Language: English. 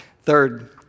Third